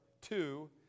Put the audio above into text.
two